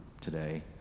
today